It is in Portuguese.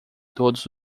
todos